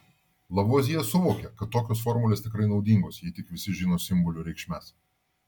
lavuazjė suvokė kad tokios formulės tikrai naudingos jei tik visi žino simbolių reikšmes